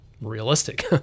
realistic